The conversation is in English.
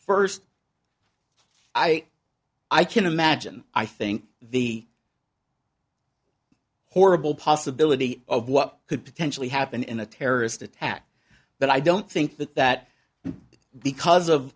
first i i can't imagine i think the horrible possibility of what could potentially happen in a terrorist attack but i don't think that that because of